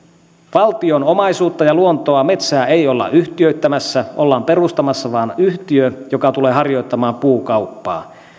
valtion omaisuutta luontoa ja metsää ei olla yhtiöittämässä ollaan perustamassa vain yhtiö joka tulee harjoittamaan puukauppaa